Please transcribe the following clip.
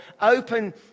open